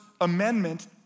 amendment